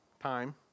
time